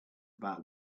about